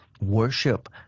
worship